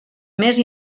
més